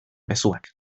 mezuak